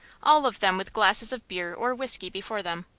all of them with glasses of beer or whiskey before them.